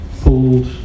pulled